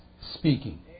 speaking